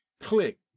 Click